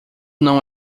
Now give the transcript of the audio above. não